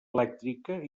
elèctrica